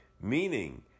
meaning